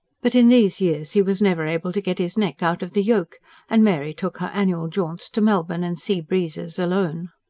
but in these years he was never able to get his neck out of the yoke and mary took her annual jaunts to melbourne and sea-breezes alone.